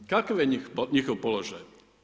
Kakav je njihov položaj?